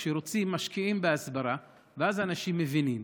כשרוצים, משקיעים בהסברה, ואז אנשים מבינים.